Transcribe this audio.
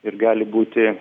ir gali būti